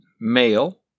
male